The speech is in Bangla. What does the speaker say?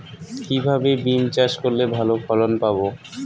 কিভাবে বিম চাষ করলে ভালো ফলন পাব?